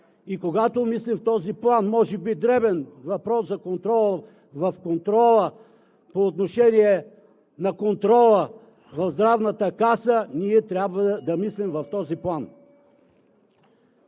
Когато мислим в този план, може би е дребен въпросът за контрола в контрола, по отношение на контрола в Здравната каса, но ние трябва да мислим в този план.